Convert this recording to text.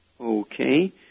Okay